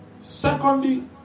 Secondly